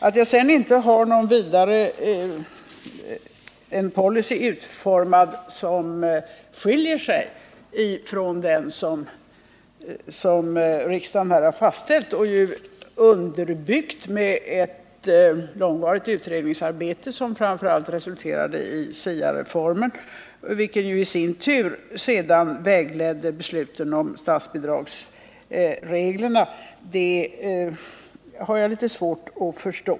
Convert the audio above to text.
Att det sedan skulle vara något fel att jag inte har en policy utformad som skiljer sig från den som riksdagen har fastställt — och som ju är utformad genom ett långvarigt utredningsarbete, som framför allt resulterade i SIA-reformen, vilket i sin tur sedan ledde till beslutet om nya statsbidragsregler — har jag litet svårt att förstå.